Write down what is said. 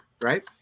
Right